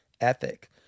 ethic